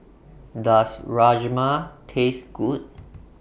Does Rajma Taste Good